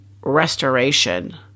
restoration